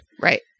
Right